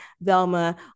Velma